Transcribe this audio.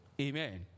Amen